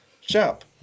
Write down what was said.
shop